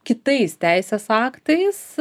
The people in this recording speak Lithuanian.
kitais teisės aktais